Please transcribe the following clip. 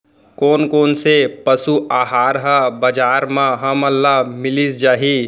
कोन कोन से पसु आहार ह बजार म हमन ल मिलिस जाही?